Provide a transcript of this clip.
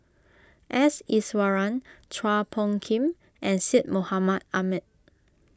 S Iswaran Chua Phung Kim and Syed Mohamed Ahmed